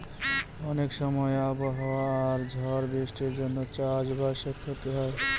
অনেক সময় আবহাওয়া আর ঝড় বৃষ্টির জন্য চাষ বাসে ক্ষতি হয়